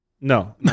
No